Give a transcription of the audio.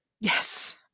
Yes